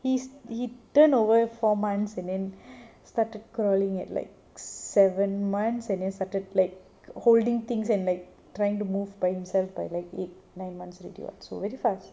he's he turnover four months and then started crawling at like seven months and then started holding things and like trying to move by himself by like eight nine months ready what so very fast